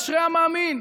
אשרי המאמין.